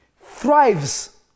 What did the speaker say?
thrives